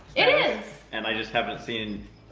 it is. and i just haven't seen